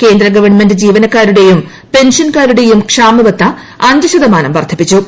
കേന്ദ്ര ഗവൺമെന്റ് ജീവനക്കാരുടെയും പെൻഷൻകാരുടെയും ക്ഷാമബത്ത അഞ്ച്ശതമാനം വർദ്ധിപ്പിച്ചു